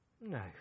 No